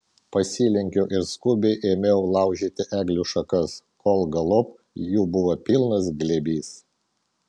pasilenkiau ir skubiai ėmiau laužyti eglių šakas kol galop jų buvo pilnas glėbys